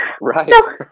Right